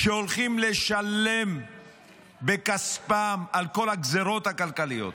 שהולכים לשלם בכספם על כל הגזרות הכלכליות,